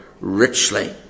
richly